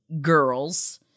girls –